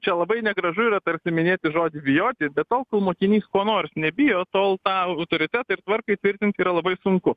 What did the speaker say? čia labai negražu yra tarsi minėti žodį bijoti be tol kol mokinys ko nors nebijo tol tą autoritetą ir tvarką įtvirtinti yra labai sunku